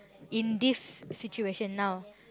in this situation now